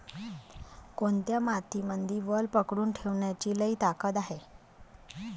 कोनत्या मातीमंदी वल पकडून ठेवण्याची लई ताकद हाये?